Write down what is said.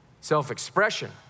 Self-expression